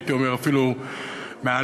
הייתי אומר אפילו מאלפת.